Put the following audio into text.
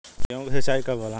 गेहूं के सिंचाई कब होला?